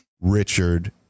Richard